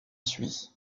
suit